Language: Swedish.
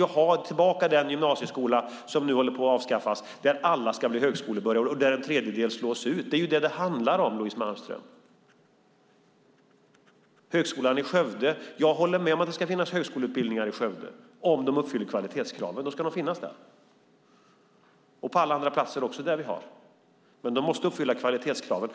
Ni vill ha tillbaka den gymnasieskola som nu håller på att avskaffas, där alla ska bli högskolebehöriga och där en tredjedel slås ut. Det är det som det handlar om, Louise Malmström. Jag håller med om att det ska finnas högskoleutbildningar i Skövde - om de uppfyller kvalitetskraven. De ska finnas där och på alla andra platser där vi har högskolor. Men de måste uppfylla kvalitetskraven.